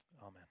Amen